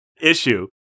issue